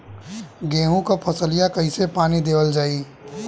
गेहूँक फसलिया कईसे पानी देवल जाई?